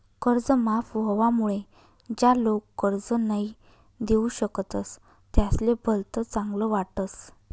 कर्ज माफ व्हवामुळे ज्या लोक कर्ज नई दिऊ शकतस त्यासले भलत चांगल वाटस